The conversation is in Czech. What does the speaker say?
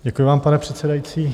Děkuji vám, pane předsedající.